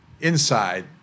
Inside